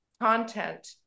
content